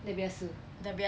dah biasa